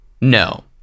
No